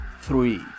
three